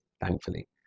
thankfully